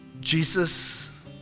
Jesus